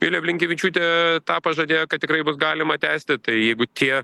vilija blinkevičiūtė tą pažadėjo kad tikrai bus galima tęsti tai jeigu tie